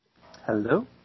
Hello